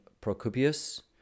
Procopius